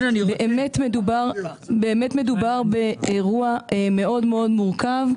באמת מדובר באירוע מאוד מאוד מורכב,